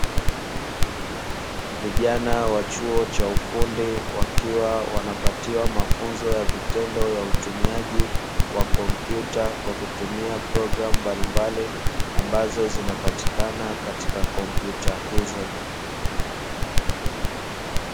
Vijana wa chuo cha ufundi wakiwa wanapatiwa mafunzo ya vitendo ya utumiaji wa kompyuta kwa kutumia programu mbalimbali ambazo zinapatikana katika kompyuta hizo.